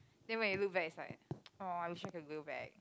then when you look back it's like !aww! I wish can go back